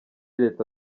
leta